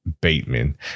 Bateman